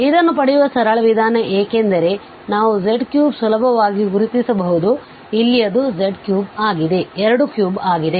ಇದನ್ನು ಪಡೆಯುವ ಸರಳ ವಿಧಾನ ಏಕೆಂದರೆ ನಾವು z3 ಸುಲಭವಾಗಿ ಗುರುತಿಸಬಹುದು ಇಲ್ಲಿ ಅದು 23 ಇದೆ